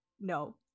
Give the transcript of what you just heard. No